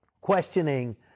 questioning